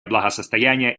благосостояния